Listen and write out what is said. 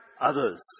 others